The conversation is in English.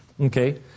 Okay